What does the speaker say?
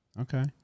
Okay